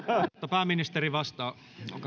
pääministeri vastaa olkaa hyvä